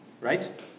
Right